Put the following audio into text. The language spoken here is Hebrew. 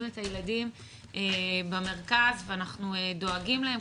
את הילדים במרכז ואנחנו דואגים להם.